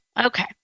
Okay